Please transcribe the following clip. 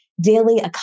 daily